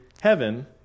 heaven